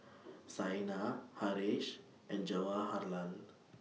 Saina Haresh and Jawaharlal